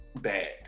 bad